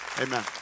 Amen